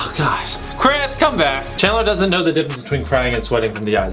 chris come back. chandler doesn't know the difference between crying and sweating from the yeah